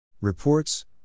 Reports